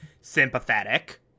sympathetic